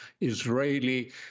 Israeli